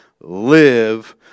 live